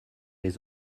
les